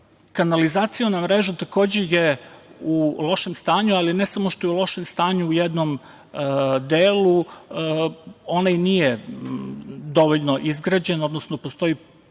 dobile. Kanalizaciona mreža takođe je u lošem stanju, ali ne samo što je u lošem stanju u jednom delu, ona i nije dovoljno izgrađena, odnosno postoji